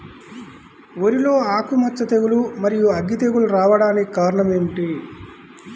వరిలో ఆకుమచ్చ తెగులు, మరియు అగ్గి తెగులు రావడానికి కారణం ఏమిటి?